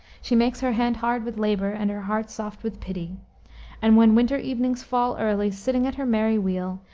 she makes her hand hard with labor, and her heart soft with pity and when winter evenings fall early, sitting at her merry wheel,